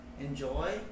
enjoy